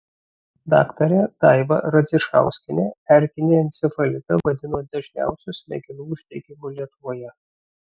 daktarė daiva radzišauskienė erkinį encefalitą vadino dažniausiu smegenų uždegimu lietuvoje